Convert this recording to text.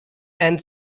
and